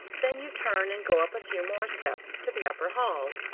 then you turn and go up a few more steps to the upper hall,